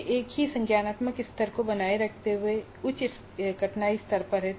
यह एक ही संज्ञानात्मक स्तर को बनाए रखते हुए उच्च कठिनाई स्तर पर है